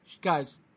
Guys